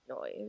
noise